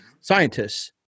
scientists